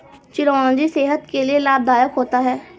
चिरौंजी सेहत के लिए लाभदायक होता है